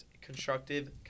Constructive